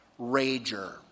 rager